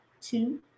two